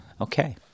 Okay